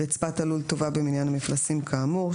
רצפת הלול תובא במניין המפלסים כאמור.